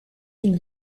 une